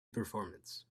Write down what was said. performance